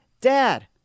Dad